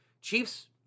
Chiefs